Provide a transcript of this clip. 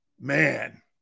Man